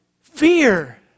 Fear